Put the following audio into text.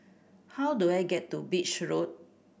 how do I get to Beach Road